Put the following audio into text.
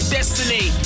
Destiny